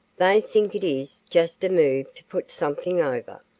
they think it is just a move to put something over.